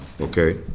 Okay